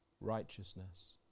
Righteousness